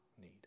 need